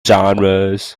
genres